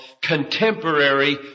contemporary